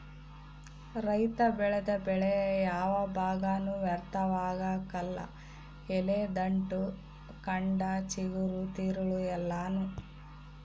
ರೈತ ಬೆಳೆದ ಬೆಳೆಯ ಯಾವ ಭಾಗನೂ ವ್ಯರ್ಥವಾಗಕಲ್ಲ ಎಲೆ ದಂಟು ಕಂಡ ಚಿಗುರು ತಿರುಳು ಎಲ್ಲಾನೂ